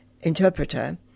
interpreter